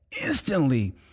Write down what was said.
instantly